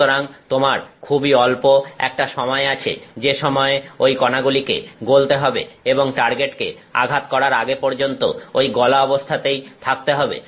সুতরাং তোমার খুবই অল্প একটা সময় আছে যে সময়ে ওই কণাগুলিকে গলতে হবে এবং টার্গেটকে আঘাত করার আগে পর্যন্ত ওই গলা অবস্থাতেই থাকতে হবে